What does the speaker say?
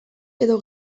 edo